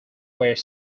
where